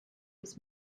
his